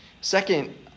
Second